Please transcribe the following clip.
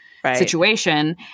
situation